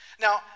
Now